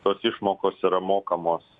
tos išmokos yra mokamos